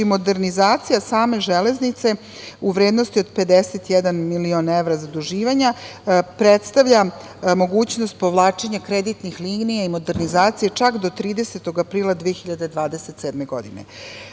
modernizacija same železnice u vrednosti od 51 milion evra, zaduživanja, predstavlja mogućnost povlačenja kreditnih linija i modernizacija čak do 30. aprila 2027. godine. Program